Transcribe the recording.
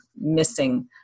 missing